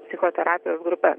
psichoterapijos grupes